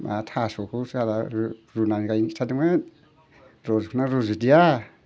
मा थास'खौ साला रुनानै गायनो खिथादोमोन रज'खोना रज'दिया